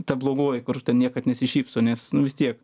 ta blogoji kur ten niekad nesišypso nes nu vis tiek